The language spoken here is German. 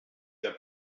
der